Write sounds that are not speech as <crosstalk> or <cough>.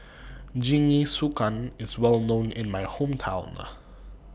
Jingisukan IS Well known in My Hometown <noise>